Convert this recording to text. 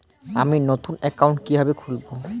আমি নতুন অ্যাকাউন্ট কিভাবে খুলব?